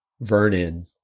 Vernon